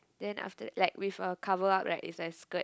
then after that like with a coverup right is like skirt